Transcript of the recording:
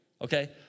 okay